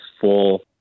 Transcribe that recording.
full